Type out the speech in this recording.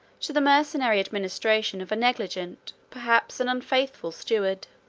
to the mercenary administration of a negligent, perhaps an unfaithful, steward.